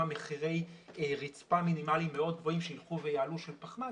מחירי רצפה מינימליים מאוד גבוהים שילכו ויעלו של פחמן,